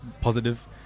positive